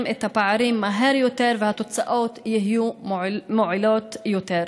את הפערים מהר יותר והתוצאות יהיו מועילות יותר.